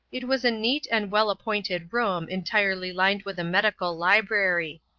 it was a neat and well-appointed room entirely lined with a medical library.